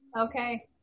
okay